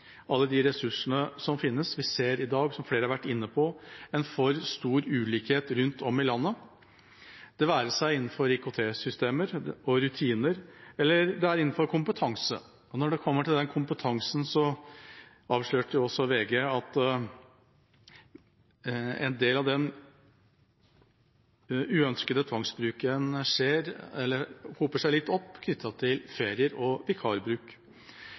alle de ressursene som finnes. Vi ser i dag, som flere har vært inne på, en for stor ulikhet rundt om i landet, det være seg innenfor IKT-systemer og rutiner eller innenfor kompetanse. Når det kommer til kompetansen, avslørte VG at en del av den uønskede tvangsbruken hoper seg litt opp knyttet til ferier og vikarbruk.